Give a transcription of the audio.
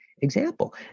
example